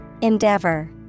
Endeavor